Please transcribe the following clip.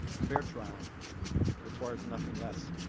a fair trial requires nothing less.